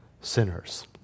sinners